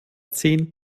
zehn